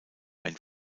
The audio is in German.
ein